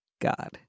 God